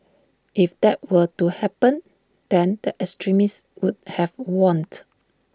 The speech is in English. if that were to happen then the extremists would have want